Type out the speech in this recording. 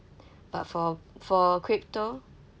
but for for crypto~